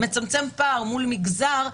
מצמצמת פער מול מגזר,